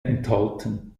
enthalten